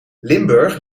limburg